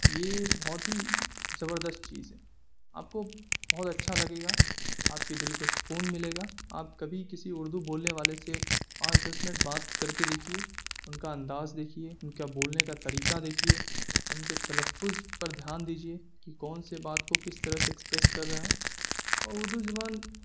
یہ بہت ہی زبرست چیز ہے آپ کو بہت اچھا لگے گا آپ کے دل کو سکون ملے گا آپ کبھی کسی اردو بولنے والے سے پانچ دس منٹ بات کر کے دیکھیے ان کا انداز دیکھیے ان کا بولنے کا طریقہ دیکھیے ان کے تلفظ پر دھیان دیجیے کہ کون سے بات کو کس طرح سے ایکسپریس کر رہا ہے اور اردو زبان